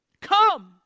come